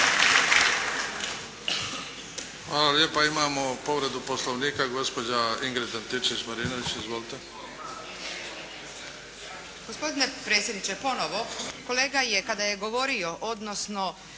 Hvala lijepa. Imamo povredu poslovnika gospođa Ingrid Antičević-Marinović. Izvolite.